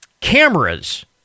Cameras